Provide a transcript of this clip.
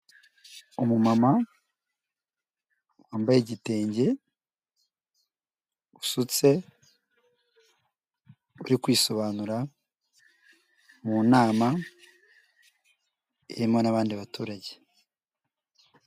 Umumama wambaye igitenge, usutse, uri kwisobanura mu nama irimo n'abandi baturage.